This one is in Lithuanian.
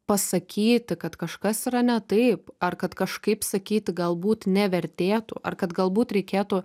pasakyti kad kažkas yra ne taip ar kad kažkaip sakyti galbūt nevertėtų ar kad galbūt reikėtų